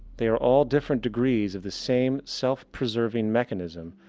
they are all different degrees of the same self-preserving mechanism,